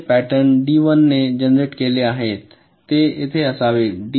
आता हे pattern D 1 ने जनरेट केले आहेत ते येथे असावेत